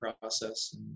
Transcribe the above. process